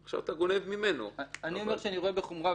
עכשיו אתה גונב ממנו -- אני אומר שאני רואה בחומרה,